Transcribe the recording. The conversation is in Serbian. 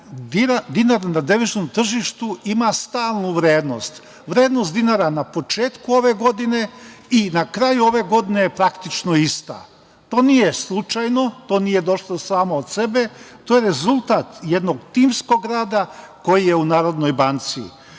dinar na deviznom tržištu ima stalnu vrednost. Vrednost dinara na početku ove godine i na kraju ove godine je praktično ista. To nije slučajno. To nije došlo samo od sebe, to je rezultat jednog timskog rada koji je u Narodnoj banci.